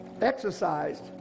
Exercised